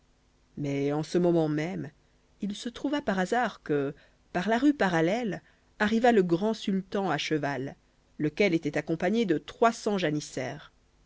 mais en ce moment même il se trouva par hasard que par la rue parallèle arriva le grand sultan à cheval lequel était accompagné de